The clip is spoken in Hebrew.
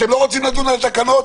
אתם לא רוצים לדון בתקנות?